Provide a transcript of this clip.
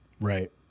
Right